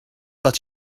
but